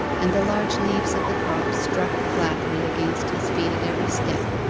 and the large leaves of the crop struck flatly against his feet at every step,